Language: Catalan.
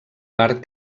part